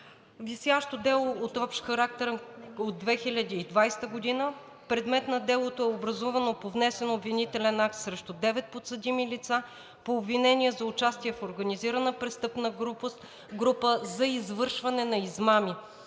Висящо дело от общ характер от 2020 г. – предмет на делото е образувано по внесен обвинителен акт срещу девет подсъдими лица по обвинение за участие в организирана престъпна група за извършване на измами